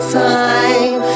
time